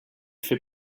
fait